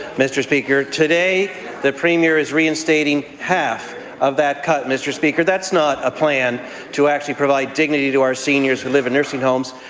mr. speaker, today the premier is reinstating half of that cut, mr. speaker. that's not a plan to actually provide dignity to our seniors who live in nursing homes.